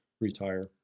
retire